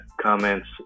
comments